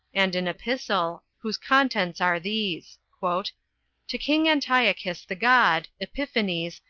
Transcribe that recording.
and an epistle, whose contents are these to king antiochus the god, epiphanes,